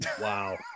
wow